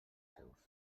seus